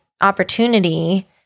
opportunity